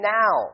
now